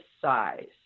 size